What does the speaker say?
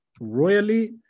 royally